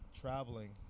Traveling